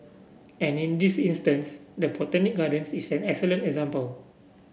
and in this instance the Botanic Gardens is an excellent example